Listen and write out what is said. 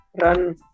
run